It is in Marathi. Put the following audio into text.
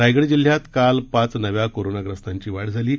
रायगड जिल्हय़ात काल पाच नव्या कोरोनाग्रस्तांची वाढ झाली आहे